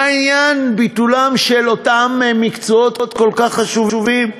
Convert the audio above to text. מה עניין ביטולם של אותם מקצועות כל כך חשובים?